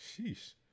Sheesh